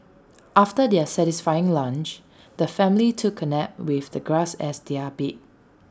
after their satisfying lunch the family took A nap with the grass as their bed